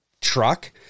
truck